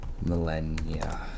millennia